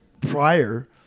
prior